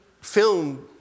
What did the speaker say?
film